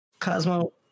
Cosmo